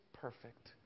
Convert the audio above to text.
perfect